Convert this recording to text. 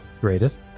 greatest